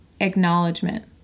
acknowledgement